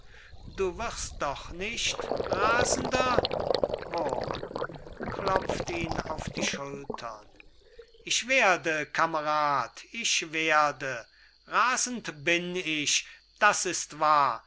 du wirst doch nicht rasender wurm klopft ihn auf die schulter ich werde kamerad ich werde rasend bin ich das ist wahr das